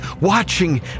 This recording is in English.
watching